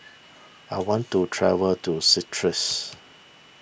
I want to travel to